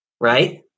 right